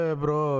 bro